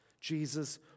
Jesus